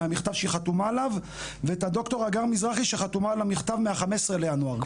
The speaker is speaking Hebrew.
המכתב שהיא חתומה עליו ואת דר' הגר מזרחי שחתומה על המכתב מה-15 לינואר.